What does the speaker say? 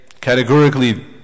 categorically